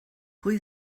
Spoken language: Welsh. pwy